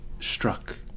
struck